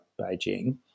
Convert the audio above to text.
Beijing